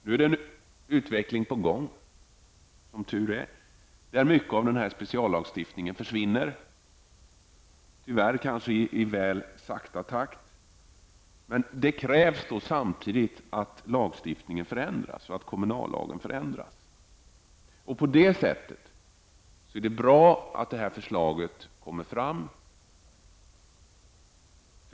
Nu är, som tur är, en utveckling på väg, där mycket av den här speciallagstiftningen försvinner. Det går, tyvärr, kanske litet väl långsamt. Samtidigt krävs det att lagstiftningen förändras, att kommunallagen förändras. Mot den bakgrunden är det här förslaget bra.